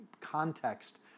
context